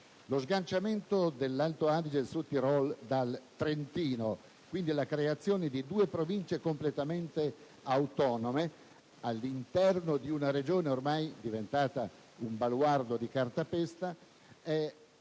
Lo sganciamento dell'Alto Adige/Südtirol dal Trentino e la creazione di due Province totalmente autonome, all'interno di una Regione ormai diventata un baluardo di cartapesta, è frutto